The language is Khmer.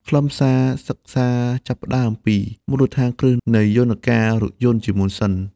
ខ្លឹមសារសិក្សាចាប់ផ្តើមពីមូលដ្ឋានគ្រឹះនៃយន្តការរថយន្តជាមុនសិន។